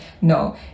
no